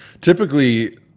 typically